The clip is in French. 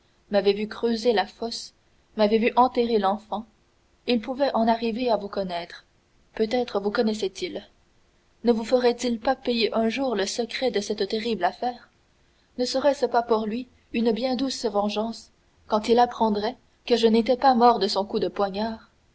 m'avait vu creuser la fosse il m'avait vu enterrer l'enfant il pouvait en arriver à vous connaître peut-être vous connaissait-il ne vous ferait-il pas payer un jour le secret de cette terrible affaire ne serait-ce pas pour lui une bien douce vengeance quand il apprendrait que je n'étais pas mort de son coup de poignard